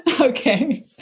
Okay